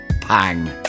pang